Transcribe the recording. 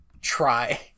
try